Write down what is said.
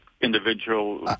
individual